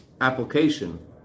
application